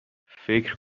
فکر